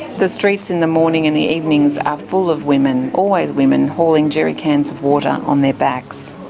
the streets in the morning and the evenings are full of women, always women, hauling jerry cans of water on their backs.